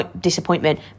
disappointment